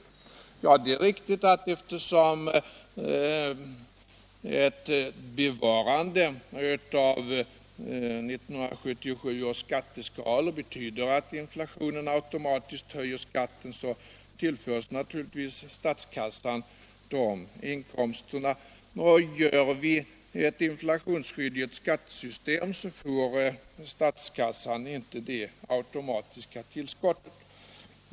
Det är riktigt att eftersom ett bevarande av 1977 års skatteskalor betyder att inflationen automatiskt höjer skatten så tillförs naturligtvis statskassan de inkomsterna. Och gör vi ett inflationsskydd i skattesystemet så får statskassan inte det automatiska tillskottet.